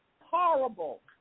horrible